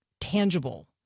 tangible